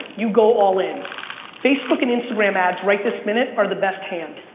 you go all-in. facebook and instagram ads right this minute are the best hand.